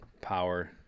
power